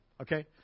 okay